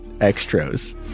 extras